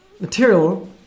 material